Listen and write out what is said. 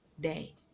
day